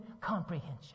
comprehension